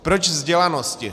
Proč vzdělanosti?